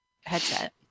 headset